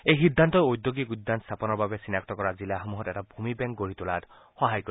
এই সিদ্ধান্তই ওঁদ্যোগিক উদ্যান স্থাপনৰ বাবে চিনাক্ত কৰা জিলাসমূহত এটা ভূমি বেংক গঢ়ি তোলাত সহায় কৰিব